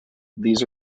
these